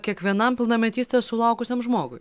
kiekvienam pilnametystės sulaukusiam žmogui